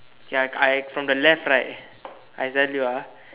ya I from the left right I tell you ah